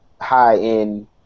high-end